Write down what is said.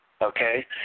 okay